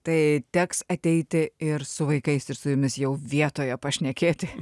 tai teks ateiti ir su vaikais ir su jumis jau vietoje pašnekėti